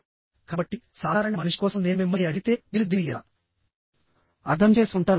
కాబట్టి సాధారణ మనిషి కోసం నేను మిమ్మల్ని అడిగితే మీరు దీన్ని ఎలా అర్థం చేసుకుంటారు